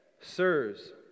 Sirs